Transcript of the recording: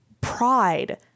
pride